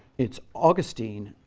it's augustine,